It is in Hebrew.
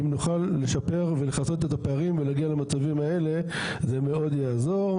אם נוכל לשפר ולכסות את הפערים ולהגיע למצבים האלה זה מאוד יעזור.